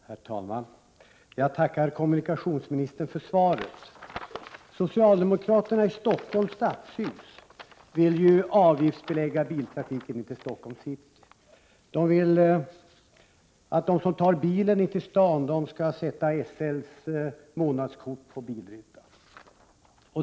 Herr talman! Jag tackar kommunikationsministern för svaret. Socialdemokraterna i Stockholms stadshus vill ju avgiftsbelägga biltrafiken in till Stockholms city. De vill att de som tar bilen in till stan skall sätta SL:s månadskort på bilrutan.